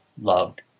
loved